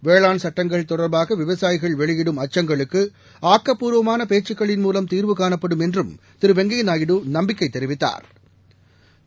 வேளாண் சுட்டங்கள் தொடர்பாக விவசாயிகள் வெளியிடும் அச்சங்களுக்கு ஆக்கப்பூர்வமான பேச்சுக்களின் மூலம் தீர்வு காணப்படும் என்றும் திரு வெங்கையா நாயுடு நம்பிக்கை தெரிவித்தாா்